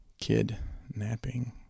Kidnapping